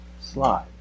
slide